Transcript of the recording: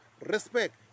respect